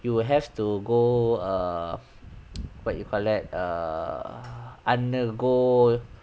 you will have to go err what you call that err undergo